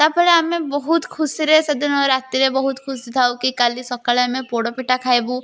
ତାପରେ ଆମେ ବହୁତ ଖୁସିରେ ସେ ଦିନ ରାତିରେ ବହୁତ ଖୁସି ଥାଉ କି କାଲି ସକାଳେ ଆମେ ପୋଡ଼ପିଠା ଖାଇବୁ